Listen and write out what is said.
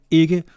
ikke